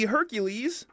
Hercules